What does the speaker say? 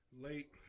Late